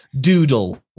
doodle